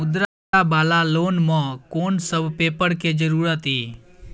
मुद्रा वाला लोन म कोन सब पेपर के जरूरत इ?